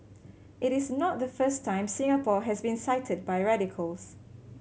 it is not the first time Singapore has been cited by radicals